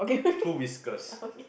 two whiskers